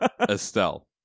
Estelle